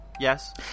Yes